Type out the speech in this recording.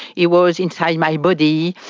he was inside my body,